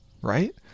right